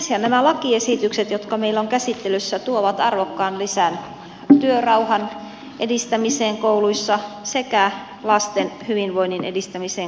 sen sijaan nämä lakiesitykset jotka meillä ovat käsittelyssä tuovat arvokkaan lisän työrauhan edistämiseen kouluissa sekä lasten hyvinvoinnin edistämiseen koulussa